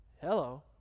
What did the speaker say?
hello